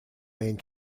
main